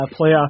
playoff